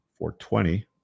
420